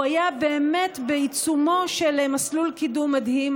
הוא היה באמת בעיצומו של מסלול קידום מדהים,